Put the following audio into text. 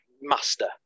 master